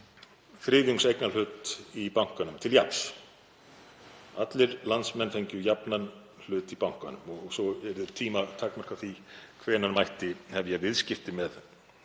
þriðjungs eignarhlut í bankanum til jafns. Allir landsmenn fengju jafnan hlut í bankanum og svo yrðu tímatakmörk af því hvenær hefja mætti viðskipti með þau